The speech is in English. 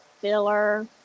filler